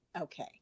Okay